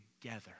together